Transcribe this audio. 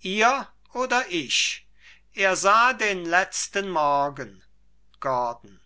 ihr oder ich er sah den letzten morgen gordon